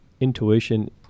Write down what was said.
intuition